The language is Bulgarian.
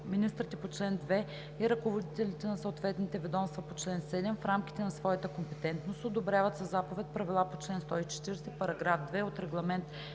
Министрите по чл. 2 и ръководителите на съответните ведомства по чл. 7, в рамките на своята компетентност, одобряват със заповед правила по чл. 140, параграф 2 от Регламент